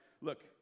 look